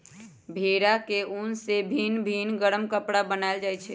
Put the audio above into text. भेड़ा के उन से भिन भिन् गरम कपरा बनाएल जाइ छै